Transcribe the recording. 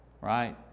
right